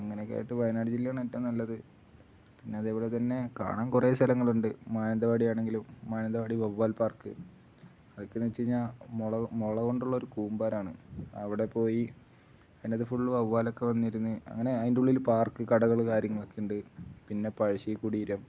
അങ്ങനെയൊക്കെയ ആയിട്ട് വയനാട് ജില്ലയാണ് ഏറ്റവും നല്ലത് പിന്നെ അതേപോലെ തന്നെ കാണാൻ കുറേ സ്ഥലങ്ങളുണ്ട് മാനന്തവാടിയാണെങ്കിലും മാനന്തവാടി വവ്വാൽ പാർക്ക് അതൊക്കെ എന്നുവച്ചുകഴിഞ്ഞാല് മുള കൊണ്ടുള്ളൊരു കൂമ്പാരമാണ് അവിടെ പോയി അതിനകത്തു ഫുള്ള് വവ്വാലൊക്കെ വന്നിരുന്ന് അങ്ങനെ അതിന്റെ ഉള്ളില് പാർക്ക് കടകള് കാര്യങ്ങളൊക്കെ ഉണ്ട് പിന്നെ പഴശ്ശി കുടീരം